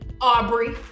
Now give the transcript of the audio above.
Aubrey